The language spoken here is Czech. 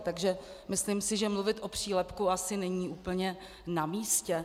Takže si myslím, že mluvit o přílepku asi není úplně na místě.